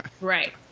Right